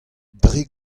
dre